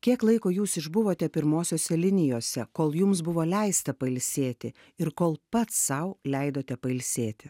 kiek laiko jūs išbuvote pirmosiose linijose kol jums buvo leista pailsėti ir kol pats sau leidote pailsėti